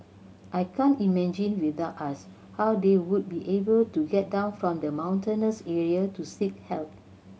I can't imagine without us how they would be able to get down from the mountainous area to seek help